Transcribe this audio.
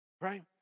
right